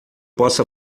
possa